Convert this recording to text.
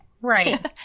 Right